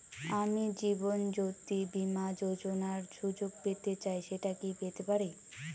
আমি জীবনয্যোতি বীমা যোযোনার সুযোগ পেতে চাই সেটা কি পেতে পারি?